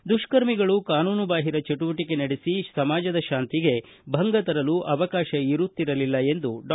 ದುಷ್ಕರ್ಮಿಗಳು ಕಾನೂನುಬಾಹಿರ ಚಟುವಟಿಕೆ ನಡೆಸಿ ಸಮಾಜದ ಶಾಂತಿಗೆ ಭಂಗತರಲು ಅವಕಾಶ ಇರುತ್ತಿರಲಿಲ್ಲ ಎಂದು ಡಾ